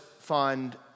find